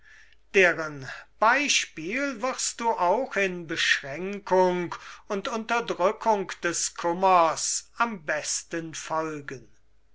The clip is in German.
deren beispiel wirst du auch in beschränkung und unterdrückung des kummers am besten folgen